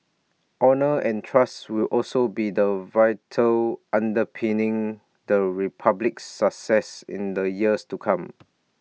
honour and trust will also be the virtues underpinning the republic's success in the years to come